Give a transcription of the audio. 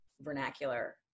vernacular